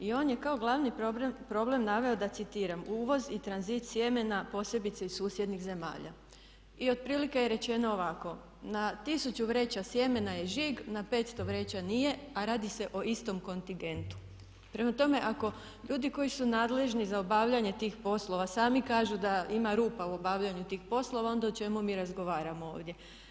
I on je kao glavni problem naveo da citiram: „Uvoz i tranzit sjemena posebice iz susjednih zemalja.“ i otprilike je rečeno ovako: „Na tisuću vreća sjemena je žig, na 500 vreća nije, a radi se o istom kontingentu.“ Prema tome, ako ljudi koji su nadležni za obavljanje tih poslova sami kažu da ima rupa u obavljanju tih poslova onda o čemu mi razgovaramo ovdje.